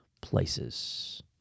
places